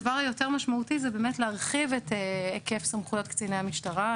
הדבר היותר משמעותי זה באמת להרחיב את היקף הסמכויות של קציני המשטרה.